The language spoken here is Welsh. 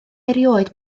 erioed